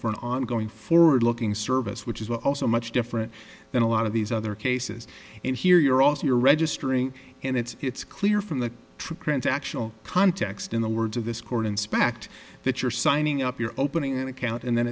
for an ongoing forward looking service which is also much different than a lot of these other cases and here you're also you're registering and it's it's clear from the transactional context in the words of this court inspect that you're signing up you're opening an account and then